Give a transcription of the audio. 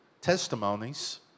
testimonies